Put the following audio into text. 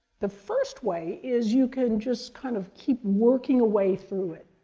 the first way is you can just kind of keep working a way through it.